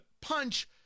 punch